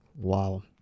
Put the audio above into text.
Wow